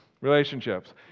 Relationships